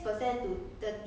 eng~